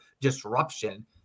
disruption